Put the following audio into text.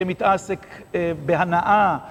מתעסק בהנאה